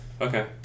Okay